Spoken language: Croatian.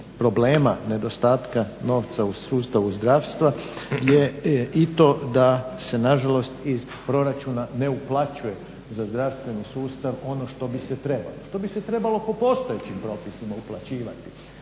problema nedostatka novca u sustavu zdravstva je i to da se nažalost iz proračuna ne uplaćuje za zdravstveni sustav ono što bi se trebalo, to bi se trebalo po postojećim propisima uplaćivati.